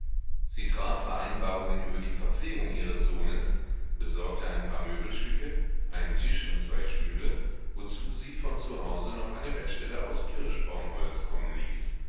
sie traf vereinbarungen über die verpflegung ihres sohnes besorgte ein paar möbelstücke einen tisch und zwei stühle wozu sie von zu hause noch eine bettstelle aus kirschbaumholz kommen ließ